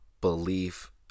belief